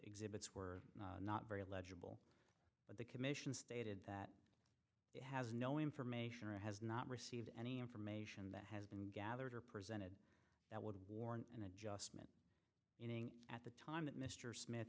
exhibits were not very legible but the commission stated that it has no information or has not received any information that has been gathered or present that would warrant an adjustment in ng at the time that mr smith